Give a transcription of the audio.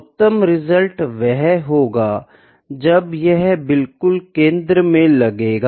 उत्तम परिणाम वह होगा जब यह बिल्कुल केंद्र में लगेगा